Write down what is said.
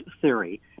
theory